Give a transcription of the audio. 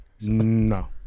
No